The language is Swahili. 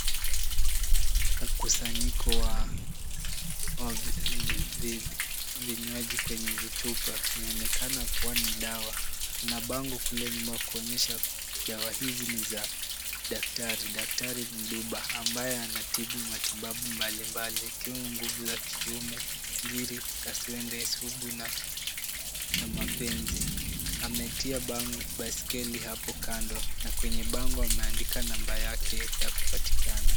Mkusanyiko wa vinywaji kwenye vichupa. Inaonekana kuwa ni dawa. Kuna bango kule nyuma kuonyesha kuwa dawa hizi ni za daktari. Dawa hizi ni za daktari Mduba, daktari ambaye anatibu matibabu mbalimbali, ikiwemo nguvu za kiume, mshipa wa ngiri, kaswende sugu na mapenzi. Ametia baiskeli hapo kando na kwenye bango ameandika nambari yake ya kupatikana.